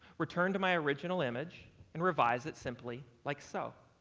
return to my original image and revise it simply like so,